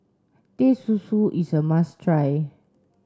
Teh Susu is a must try